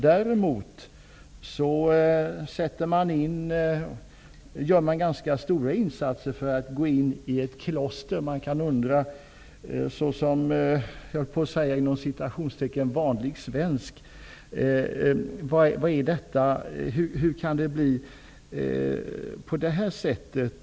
Däremot gör man ganska stora insatser för att gå in i ett kloster. Som ''vanlig svensk'' undrar man varför det är så.